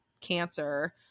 Cancer